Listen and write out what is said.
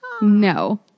No